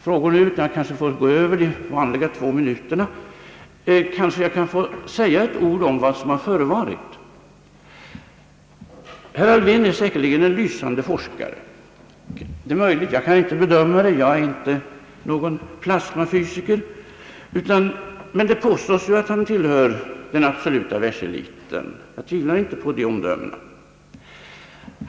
frågor på dagordningen än att jag måhända kan överskrida de vanliga två minuterna — kanske jag får yttra några ord om vad som förevarit. Professor Alfvén är säkerligen en lysande forskare. Jag kan inte bedöma han kapacitet — jag är inte någon plasmafysiker — men det påstås ju att han tillhör den absoluta världseliten. Jag tvivlar inte på det omdömet.